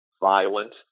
violent